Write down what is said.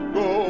go